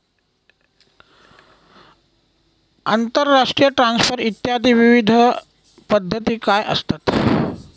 आंतरराष्ट्रीय ट्रान्सफर इत्यादी विविध पद्धती काय असतात?